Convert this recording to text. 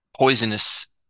poisonous